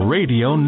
Radio